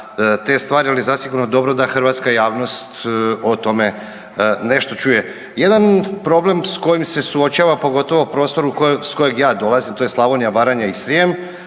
te stvari, ali zasigurno je dobro da hrvatska javnost o tome nešto čuje. Jedan problem s kojim se suočava, pogotovo prostor s kojeg ja dolazim, to je Slavonija, Baranja i Srijem.